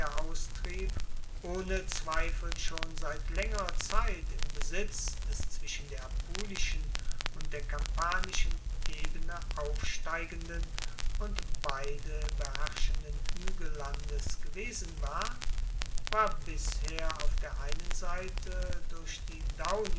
austrieb ohne zweifel schon seit laengerer zeit im besitz des zwischen der apulischen und der kampanischen ebene aufsteigenden und beide beherrschenden huegellandes gewesen war war bisher auf der einen seite durch die